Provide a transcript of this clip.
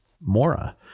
Mora